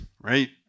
right